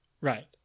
Right